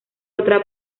otra